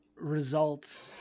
results